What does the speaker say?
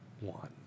one